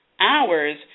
hours